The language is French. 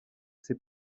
ses